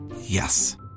Yes